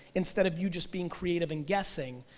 instead of you just being creative, and guessing.